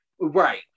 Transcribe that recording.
Right